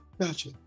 Gotcha